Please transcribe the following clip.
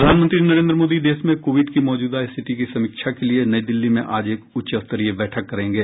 प्रधानमंत्री नरेन्द्र मोदी देश में कोविड की मौजूदा स्थिति की समीक्षा के लिए नई दिल्ली में आज एक उच्चस्तरीय बैठक करेंगे